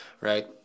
right